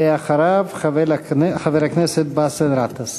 ואחריו, חבר הכנסת באסל גטאס.